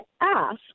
ask